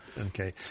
Okay